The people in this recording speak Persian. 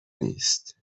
نیست